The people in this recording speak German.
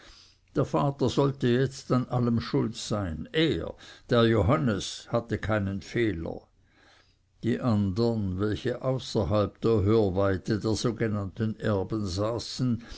der vater sollte jetzt an allem schuld sein er der johannes hatte keinen fehler die andern welche außerhalb der hörweite der sogenannten erben saßen